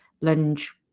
lunge